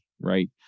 right